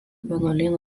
vienuolyno